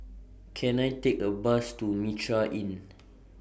Can I Take A Bus to Mitraa Inn